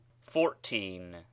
fourteen